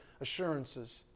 assurances